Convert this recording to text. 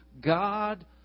God